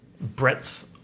breadth